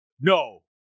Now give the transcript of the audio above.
no